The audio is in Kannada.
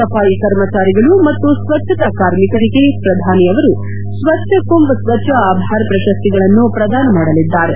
ಸಫಾಯಿ ಕರ್ಮಚಾರಿಗಳು ಮತ್ತು ಸ್ವಚ್ಛತಾ ಕಾರ್ಮಿಕರಿಗೆ ಪ್ರಧಾನಿಯವರು ಸ್ವಚ್ಧ ಕುಂಭ್ ಸ್ವಚ್ಧ ಆಭಾರ್ ಪ್ರಶಸ್ತಿಗಳನ್ನು ಪ್ರದಾನ ಮಾಡಲಿದ್ದಾರೆ